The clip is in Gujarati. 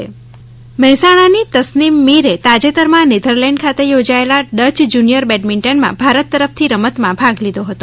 બ્રોન્ઝ મેડલ મહેસાણાની તસ્નીમ મીરે તાજેતરમાં નેધરલેન્ડ ખાતે યોજાયેલ ડય જુનિથર બેડમિન્ટનમાં ભારત તરફથી રમતમાં ભાગ લીધો હતો